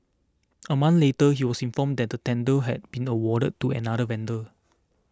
a month later he was informed that the tender had been awarded to another vendor